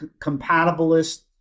compatibilist